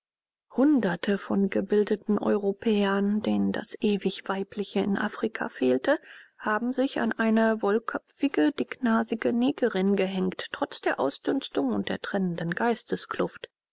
hunderte von gebildeten europäern denen das ewig weibliche in afrika fehlte haben sich an eine wollköpfige dicknasige negerin gehängt trotz der ausdünstung und der trennenden geisteskluft